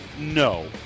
No